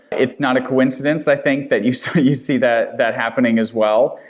it's not a coincidence i think that you see you see that that happening as well,